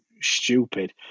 stupid